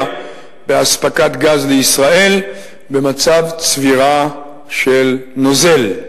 באספקת גז במצב צבירה של נוזל לישראל.